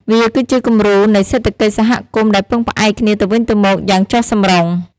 វាគឺជាគំរូនៃសេដ្ឋកិច្ចសហគមន៍ដែលពឹងផ្អែកគ្នាទៅវិញទៅមកយ៉ាងចុះសម្រុង។